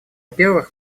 первых